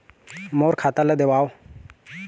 मोर खाता ला देवाव?